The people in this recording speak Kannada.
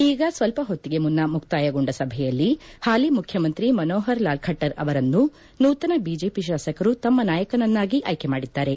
ಈಗ ಸ್ವಲ್ಪ ಹೊತ್ತಿಗೆ ಮುನ್ನ ಮುಕ್ತಾಯಗೊಂಡ ಸಭೆಯಲ್ಲಿ ಪಾಲಿ ಮುಖ್ಚಮಂತ್ರಿ ಮನೋಪರ್ ಲಾಲ್ ಖಿಟ್ಟರ್ ಅವರನ್ನು ನೂತನ ಬಿಜೆಪಿ ತಾಸಕರು ತಮ್ಮ ನಾಯಕನನ್ನಾಗಿ ಆಯ್ಕೆ ಮಾಡಿದ್ದಾರೆ